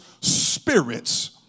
spirits